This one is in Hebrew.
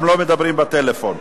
גם לא מדברים בטלפון.